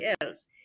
else